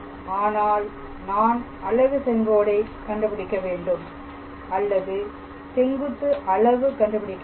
ஆனால் நான் அலகு செங்கோடை கண்டுபிடிக்க வேண்டும் அல்லது செங்குத்து அளவு கண்டுபிடிக்க வேண்டும்